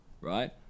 right